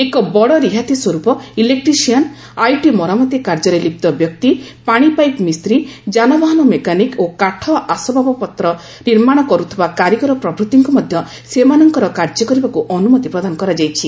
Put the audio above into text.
ଏକ ବଡ଼ ରିହାତି ସ୍ୱରୂପ ଇଲେକ୍ଟ୍ରିସିଆନ୍ ଆଇଟି ମରାମତି କାର୍ଯ୍ୟରେ ଲିପ୍ତ ବ୍ୟକ୍ତି ପାଣି ପାଇପ ମିସ୍ତ୍ରୀ ଯାନବାହାନ ମେକାନିକ ଓ କାଠ ଆସବାବପତ୍ର ନିର୍ମାଣ କରୁଥିବା କାରିଗର ପ୍ରଭୃତିଙ୍କୁ ମଧ୍ୟ ସେମାନଙ୍କର କାର୍ଯ୍ୟ କରିବାକୁ ଅନୁମତି ପ୍ରଦାନ କରାଯାଇଛି